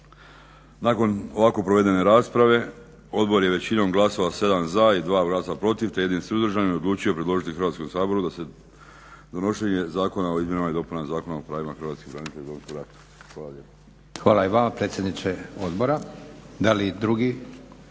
Nakon ovako provedene rasprave, odbor je većinom glasova, 7 za i 2 glasa protiv te 1 suzdržanim odlučio predložiti Hrvatskom saboru donošenje Zakona o izmjenama i dopunama Zakona o pravima hrvatskih branitelja iz Domovinskog rata.